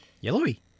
yellowy